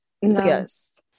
Yes